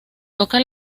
toca